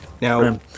Now